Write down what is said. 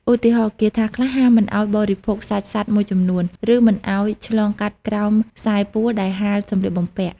ឧទាហរណ៍ គាថាខ្លះហាមមិនឱ្យបរិភោគសាច់សត្វមួយចំនួន ឬមិនឱ្យឆ្លងកាត់ក្រោមខ្សែពួរដែលហាលសម្លៀកបំពាក់។